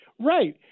Right